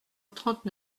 trente